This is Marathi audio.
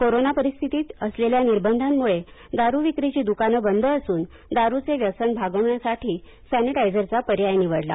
कोरोना परिस्थितीत असलेल्या निर्बंधांमुळे दारू विक्रीची दुकाने बंद असून दारूचे व्यसन भागविण्यासाठी सॅनिटायझरचा पर्याय निवडला